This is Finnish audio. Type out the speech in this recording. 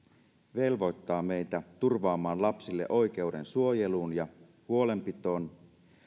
velvoittaa meitä turvaamaan lapsille oikeuden suojeluun ja huolenpitoon